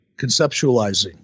conceptualizing